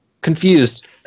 Confused